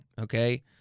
Okay